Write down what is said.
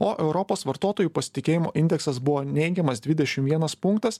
o europos vartotojų pasitikėjimo indeksas buvo neigiamas dvidešim vienas punktas